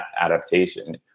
adaptation